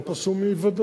אין פה שום אי-ודאות,